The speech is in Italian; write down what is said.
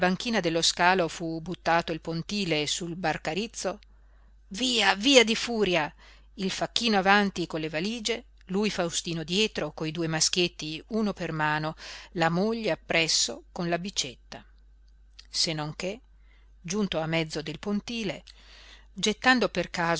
dello scalo fu buttato il pontile sul barcarizzo via via di furia il facchino avanti con le valige lui faustino dietro coi due maschietti uno per mano la moglie appresso con la bicetta se non che giunto a mezzo del pontile gettando per